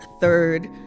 third